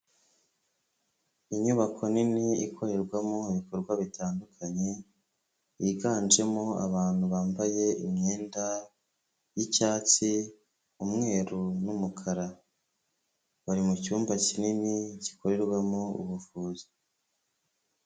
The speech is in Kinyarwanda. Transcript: Inyubako nini ikorerwamo ibikorwa bitandukanye, yiganjemo abantu bambaye imyenda y'icyatsi, umweru n'umukara, bari mu cyumba kinini gikorerwamo ubuvuzi.